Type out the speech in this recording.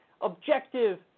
objective